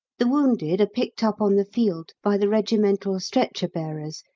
the wounded are picked up on the field by the regimental stretcher-bearers,